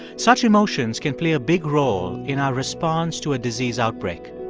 such emotions can play a big role in our response to a disease outbreak.